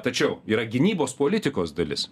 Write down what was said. tačiau yra gynybos politikos dalis